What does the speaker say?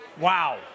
Wow